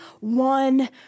one